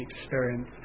experience